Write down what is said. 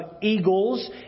eagles